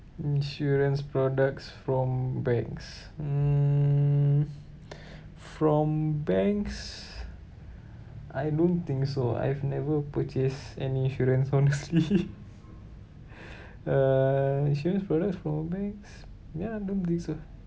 insurance products from banks mm from banks I don't think so I've never purchased insurance honestly uh insurance products from bank ya don't think so